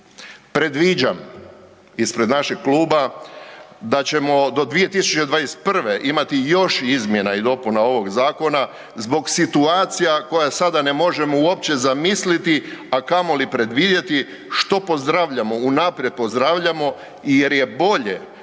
Predviđam, ispred našeg kluba, da ćemo do 2021. imati još izmjena i dopuna ovog zakona zbog situacija koja sada ne možemo uopće zamisliti, a kamoli predvidjeti što pozdravljamo unaprijed, unaprijed pozdravljamo jer je bolje